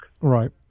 Right